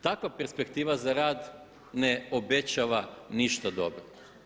Takva perspektiva za rad ne obećava ništa dobro.